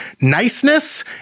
niceness